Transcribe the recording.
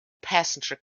passenger